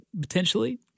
potentially